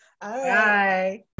Bye